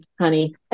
honey